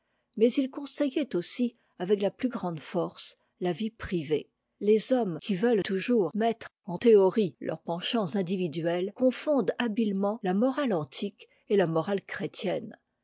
mais il conseillait aussi avec la plus grande force là vie privée les hommes qui veulent toujours mettre en ii théorie leurs penchants individuels confondent habilement la morale antique et la morale chrétienne